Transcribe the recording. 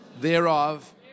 thereof